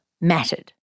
mattered